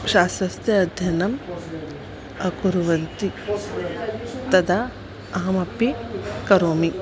शास्त्रस्य अध्ययनं कुर्वन्ति तदा अहमपि करोमि